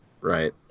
right